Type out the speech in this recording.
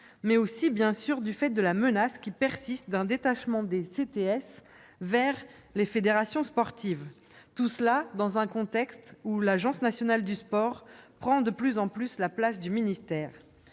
mais aussi du fait de la menace, qui persiste, d'un détachement des CTS vers les fédérations sportives, tout cela dans un contexte où l'Agence nationale du sport prend de plus en plus la place du ministère.